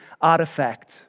artifact